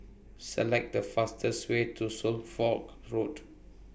Select The fastest Way to Suffolk Road